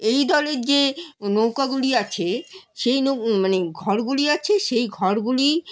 এই দলের যে নৌকাগুলি আছে সেই নৌ মানে ঘরগুলি আছে সেই ঘরগুলি